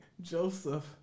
Joseph